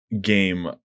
game